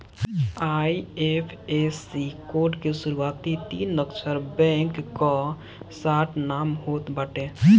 IFSC code के शुरूआती तीन अक्षर बैंक कअ शार्ट नाम होत बाटे